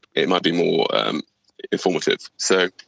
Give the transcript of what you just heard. it might be more informative. so,